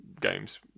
games